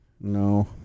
No